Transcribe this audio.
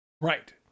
right